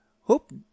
Hope